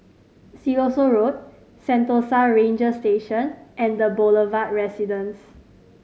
Siloso Road Sentosa Ranger Station and The Boulevard Residence